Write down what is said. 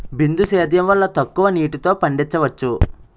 బిందు సేద్యం వల్ల తక్కువ నీటితో పండించవచ్చు